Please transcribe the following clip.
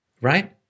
Right